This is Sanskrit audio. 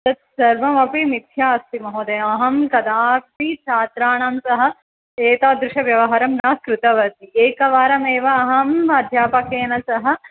तत्सर्वमपि मिथ्या अस्ति महोदया अहं कदापि छात्राणां सह एतादृशव्यवहारं न कृतवती एकवारमेव अहं अध्यापकेन सह